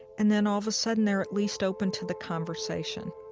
and then all of a sudden, they're at least open to the conversation